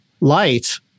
light